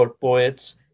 poets